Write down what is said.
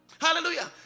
Hallelujah